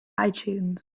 itunes